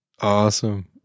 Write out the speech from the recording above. Awesome